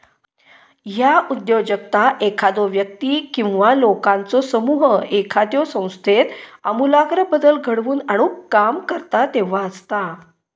ह्या उद्योजकता एखादो व्यक्ती किंवा लोकांचो समूह एखाद्यो संस्थेत आमूलाग्र बदल घडवून आणुक काम करता तेव्हा असता